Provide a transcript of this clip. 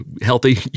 healthy